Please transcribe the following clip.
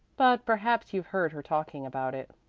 but perhaps you've heard her talking about it.